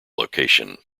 location